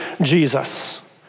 Jesus